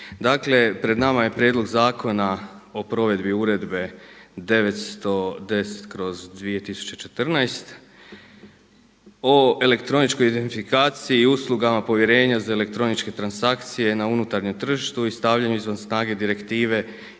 Dakle, pred nama je Prijedlog zakona o provedbi uredbe 910/2014 o elektroničkoj identifikaciji i uslugama povjerenja za elektroničke transakcije na unutarnjem tržištu i stavljanju izvan snage Direktive